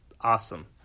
awesome